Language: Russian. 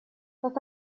как